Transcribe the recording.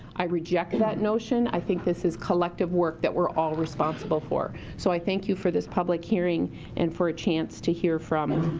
i reject that notion, i think this is collective work that we're all responsible for. so i thank you for this public hearing and for a chance to hear from